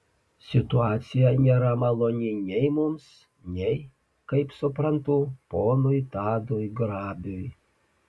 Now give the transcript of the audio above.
situacija nėra maloni nei mums nei kaip suprantu ponui tadui grabiui